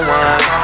one